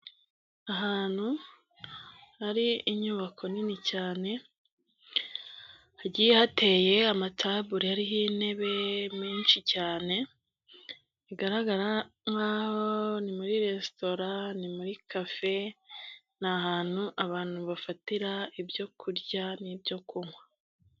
Ahantu hari inyubako nini cyane. Hagiye hateye amatabure ariho intebe nyinshi cyane, bigaragara nkaho ni muri resitora, ni muri kafe, ni ahantu abantu bafatira ibyo kurya n'ibyo kunywa.